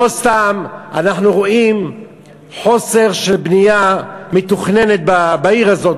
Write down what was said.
לא סתם אנחנו רואים חוסר של בנייה מתוכננת בעיר הזאת.